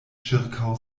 ĉirkaŭ